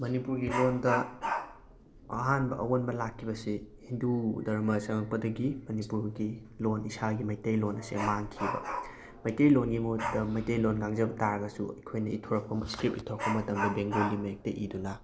ꯃꯅꯤꯄꯨꯔꯒꯤ ꯂꯣꯟꯗ ꯑꯍꯥꯟꯕ ꯑꯋꯣꯟꯕ ꯂꯥꯛꯈꯤꯕꯁꯤ ꯍꯤꯟꯗꯨ ꯙꯔꯃ ꯆꯪꯉꯛꯄꯗꯒꯤ ꯃꯅꯤꯄꯨꯔꯒꯤ ꯂꯣꯟ ꯏꯁꯥꯒꯤ ꯃꯩꯇꯩꯂꯣꯟ ꯑꯁꯦ ꯃꯥꯡꯈꯤꯕ ꯃꯩꯇꯩꯂꯣꯟꯒꯤ ꯃꯍꯨꯠꯇ ꯃꯩꯇꯩꯂꯣꯟ ꯉꯥꯡꯖꯕ ꯇꯥꯔꯒꯁꯨ ꯑꯩꯈꯣꯏꯅ ꯏꯊꯣꯔꯛꯄ ꯏꯁꯀ꯭ꯔꯤꯞ ꯏꯊꯣꯔꯛꯄ ꯃꯇꯝꯗ ꯕꯦꯡꯒꯣꯂꯤ ꯃꯌꯦꯛꯇ ꯏꯗꯨꯅ